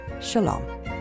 shalom